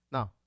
Now